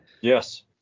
Yes